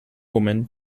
woman